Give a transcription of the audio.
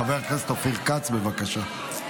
חבר הכנסת אופיר כץ, בבקשה.